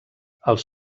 els